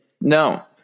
No